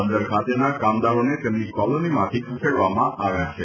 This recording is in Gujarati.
બંદર ખાતેના કામદારોને તેમની કોલોનીમાંથી ખસેડવામાં આવ્યા છે